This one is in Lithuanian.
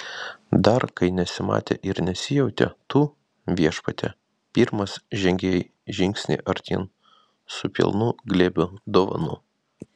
dar kai nesimatė ir nesijautė tu viešpatie pirmas žengei žingsnį artyn su pilnu glėbiu dovanų